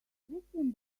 christian